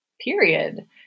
period